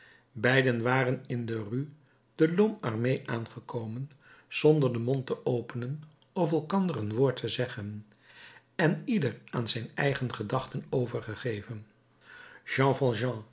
beiden waren in de rue de l'homme armé aangekomen zonder den mond te openen of elkander een woord te zeggen en ieder aan zijn eigen gedachten overgegeven jean